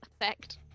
effect